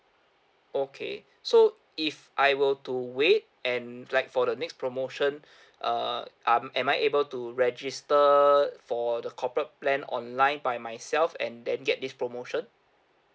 okay so if I were to wait and like for the next promotion err um am I able to register for the corporate plan online by myself and then get this promotion